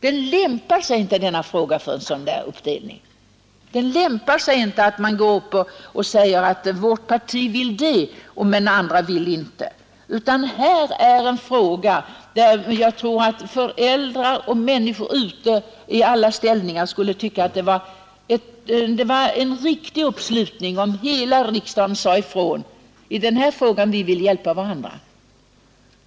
Denna fråga lämpar sig inte för en sådan uppdelning. Man kan inte säga: ”Vårt parti vill, men andra partier vill inte.” Det gäller här ett problem, där föräldrar och människor i alla ställningar skulle anse det vara en riktig uppslutning, om hela riksdagen klart uttalade, att i denna fråga skall vi alla hjälpa varandra.